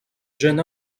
jeune